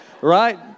right